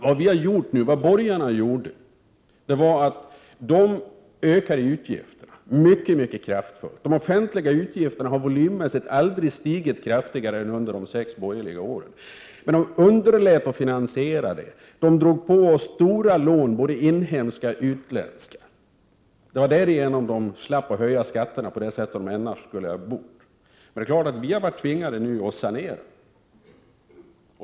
Vad borgarna gjorde var att öka utgifterna mycket kraftigt. De offentliga utgifterna har volymmässigt aldrig stigit kraftigare än under de sex borgerliga åren. Men de underlät att finansiera utgifterna. De drog på oss stora lån, både inhemska och utländska. Det var därigenom de slapp att höja skatterna, som de annars bort göra. Det är klart att vi nu varit tvingade att sanera.